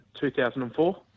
2004